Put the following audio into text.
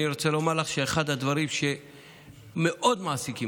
אני רוצה לומר לך שאחד הדברים שמאוד מעסיקים